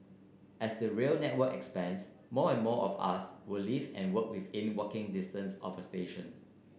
as the rail network expands more and more of us will live and work within walking distance of a station